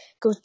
go